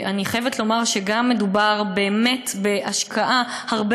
אני חייבת לומר שמדובר באמת בהשקעה הרבה